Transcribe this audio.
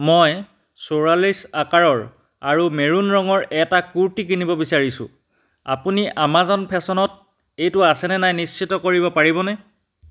মই চৌৰাল্লিছ আকাৰৰ আৰু মেৰুন ৰঙৰ এটা কুৰ্তি কিনিব বিচাৰিছোঁ আপুনি আমাজন ফেশ্বনত এইটো আছেনে নাই নিশ্চিত কৰিব পাৰিবনে